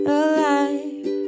alive